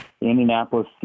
Indianapolis